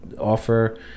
offer